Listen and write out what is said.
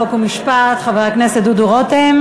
חוק ומשפט חבר הכנסת דודו רותם,